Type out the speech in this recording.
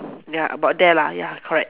ya about there lah ya correct